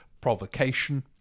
provocation